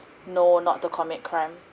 now not to commit crime